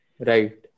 Right